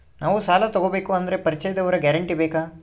ನಾವು ಸಾಲ ತೋಗಬೇಕು ಅಂದರೆ ಪರಿಚಯದವರ ಗ್ಯಾರಂಟಿ ಬೇಕಾ?